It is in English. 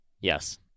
Yes